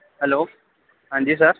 hello ہاں جی سر